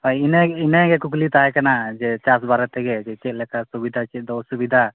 ᱦᱳᱭ ᱤᱱᱟᱹᱜᱮ ᱤᱱᱟᱹᱜᱮ ᱠᱩᱠᱞᱤ ᱛᱟᱦᱮᱸ ᱠᱟᱱᱟ ᱡᱮ ᱪᱟᱥ ᱵᱟᱨᱮᱛᱮᱜᱮ ᱪᱮᱫ ᱞᱮᱠᱟ ᱥᱩᱵᱤᱫᱟ ᱪᱮᱫ ᱠᱚ ᱚᱥᱩᱵᱤᱫᱟ